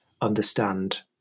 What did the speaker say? understand